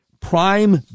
Prime